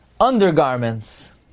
undergarments